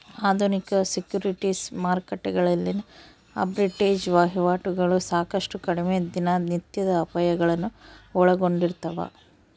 ಆಧುನಿಕ ಸೆಕ್ಯುರಿಟೀಸ್ ಮಾರುಕಟ್ಟೆಗಳಲ್ಲಿನ ಆರ್ಬಿಟ್ರೇಜ್ ವಹಿವಾಟುಗಳು ಸಾಕಷ್ಟು ಕಡಿಮೆ ದಿನನಿತ್ಯದ ಅಪಾಯಗಳನ್ನು ಒಳಗೊಂಡಿರ್ತವ